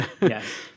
Yes